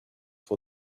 for